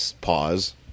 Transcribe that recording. pause